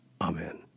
Amen